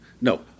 No